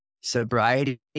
sobriety